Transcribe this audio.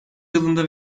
yılında